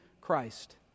Christ